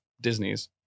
disney's